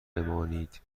بمانید